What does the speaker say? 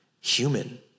human